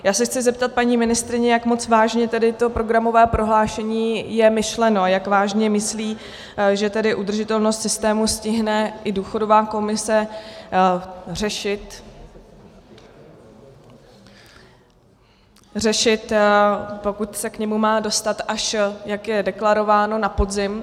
Já se chci zeptat paní ministryně, jak moc vážně tedy to programové prohlášení je myšleno, jak vážně myslí, že tedy udržitelnost systému stihne i důchodová komise řešit, pokud se k němu má dostat, jak je deklarováno, až na podzim.